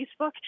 Facebook